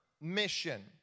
mission